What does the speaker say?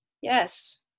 Yes